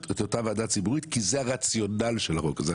את אותה ועדה ציבורית כי זה הרציונל של החוק הזה.